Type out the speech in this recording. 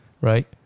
Right